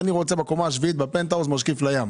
הדייר רצה לעבור לקומה השביעית ולהשקיף לים.